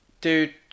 Dude